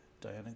Diana